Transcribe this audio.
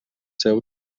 seu